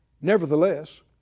nevertheless